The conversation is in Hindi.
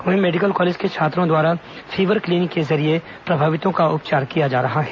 वहीं मेडिकल कॉलेज के छात्रों द्वारा फीवर क्लीनिक के जरिये प्रभावितों का उपचार किया जा रहा है